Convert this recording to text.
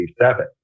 1987